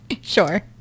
Sure